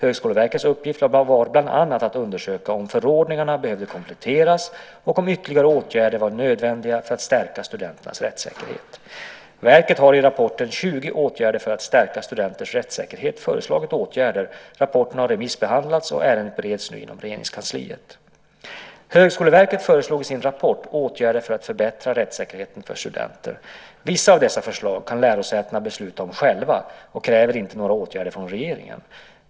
Högskoleverkets uppgift var bland annat att undersöka om förordningarna behövde kompletteras och om ytterligare åtgärder var nödvändiga för att stärka studenternas rättssäkerhet. Verket har i rapporten 20 åtgärder för att stärka studenternas rättssäkerhet föreslagit åtgärder. Rapporten har remissbehandlats, och ärendet bereds nu inom Regeringskansliet. Högskoleverket föreslog i sin rapport åtgärder för att förbättra rättssäkerheten för studenter. Vissa av dessa förslag kan lärosätena besluta om själva och kräver inte några åtgärder från regeringen.